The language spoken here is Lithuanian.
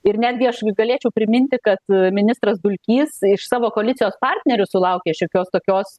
ir netgi aš galėčiau priminti kad ministrasdulkys iš savo koalicijos partnerių sulaukė šiokios tokios